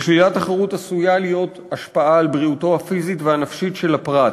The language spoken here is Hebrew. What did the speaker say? לשלילת החירות עשויה להיות השפעה על בריאותו הפיזית והנפשית של הפרט.